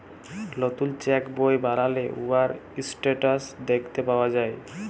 লতুল চ্যাক বই বালালে উয়ার ইসট্যাটাস দ্যাখতে পাউয়া যায়